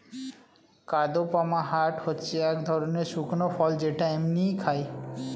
কাদপমহাট হচ্ছে এক ধরণের শুকনো ফল যেটা এমনিই খায়